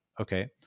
Okay